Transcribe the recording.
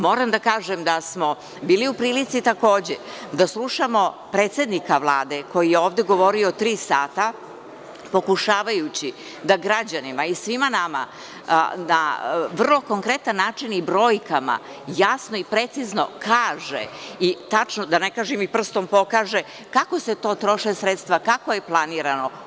Moram da kažem da smo bili u prilici, takođe, da slušamo predsednika Vlade, koji je ovde govorio tri sata, pokušavajući da građanima i svima nama, na vrlo konkretan način i brojkama, jasno i precizno kaže i tačno, da ne kažem i prstom pokaže, kako se to troše sredstva, kako je planirano.